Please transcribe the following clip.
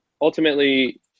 ultimately